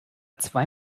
zwei